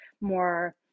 more